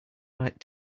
right